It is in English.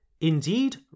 Indeed